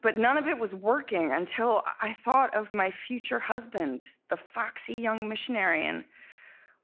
but none of it was working, until i thought of my future husband, the foxy young missionary. and